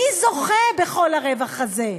מי זוכה בכל הרווח הזה?